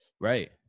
Right